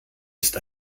ist